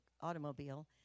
automobile